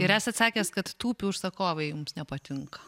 ir esat sakęs kad tūpi užsakovai jums nepatinka